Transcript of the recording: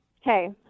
hey